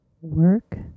work